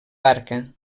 barca